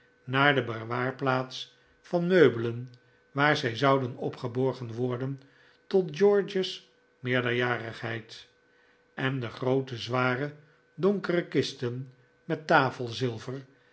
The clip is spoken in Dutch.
naar de bewaarplaats van meubelen waar zij zouden opgeborgen worden tot george's meerderjarigheid en de groote zware donkere kisten met